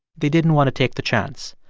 they didn't want to take the chance.